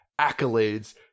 accolades